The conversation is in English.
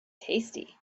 tasty